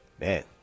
man